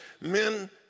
men